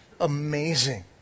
amazing